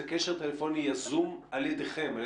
זה קשר טלפוני יזום על ידכם?